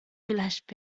vielleicht